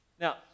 Now